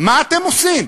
מה אתם עושים?